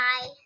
Bye